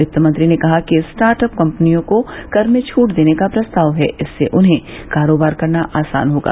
वित्तमंत्री ने कहा है कि स्टार्ट अप कम्पनियों को कर में छूट देने का प्रस्ताव है इससे उन्हें कारोबार करना आसान होगा